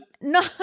no